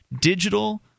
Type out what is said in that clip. digital